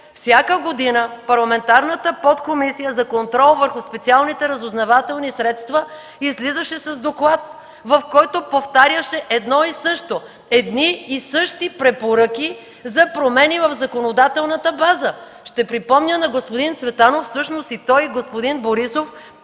Всяка година парламентарната Подкомисия за контрол върху специалните разузнавателни средства излизаше с доклад, в който повтаряше едно и също, едни и същи препоръки за промени в законодателната база. Ще припомня на господин Цветанов, че той и господин Борисов